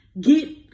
get